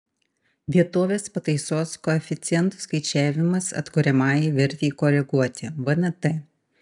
vietovės pataisos koeficientų skaičiavimas atkuriamajai vertei koreguoti vnt